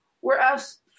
whereas